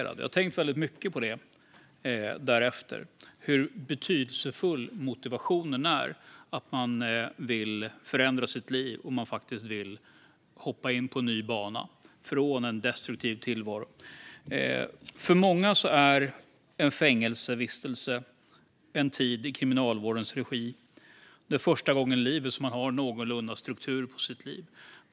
Därefter har jag tänkt väldigt mycket på hur betydelsefull motivationen är - att man faktiskt vill förändra sitt liv och hoppa in på en ny bana, från en destruktiv tillvaro. För många är en fängelsevistelse en tid i Kriminalvårdens regi där man för första gången har någorlunda struktur på sitt liv.